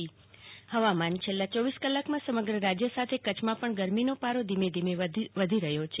જાગૃતિ વકીલ હુવામાન છેલ્લા ચોવીસ ક્લાકમાં તપતું રાજ્ય સાથે કચ્છમાં પણ ગરમીનો પારો ધીમે ધીમે વધી રહ્યો છે